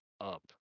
up